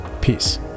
Peace